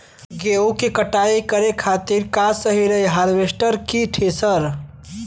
गेहूँ के कटाई करे खातिर का सही रही हार्वेस्टर की थ्रेशर?